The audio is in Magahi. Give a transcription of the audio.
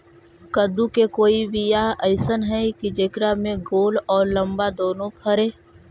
कददु के कोइ बियाह अइसन है कि जेकरा में गोल औ लमबा दोनो फरे?